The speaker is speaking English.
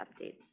updates